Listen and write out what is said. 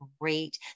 great